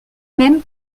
même